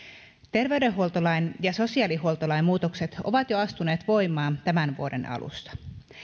terveydenhuoltolain ja sosiaalihuoltolain muutokset ovat jo astuneet voimaan tämän vuoden alusta